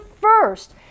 first